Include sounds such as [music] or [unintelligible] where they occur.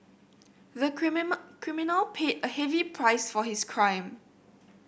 the [unintelligible] criminal paid a heavy price for his crime